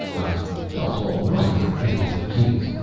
i felt all right, if that was the case,